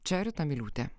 čia rita miliūtė